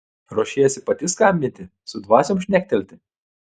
ruošiesi pati skambinti su dvasiom šnektelti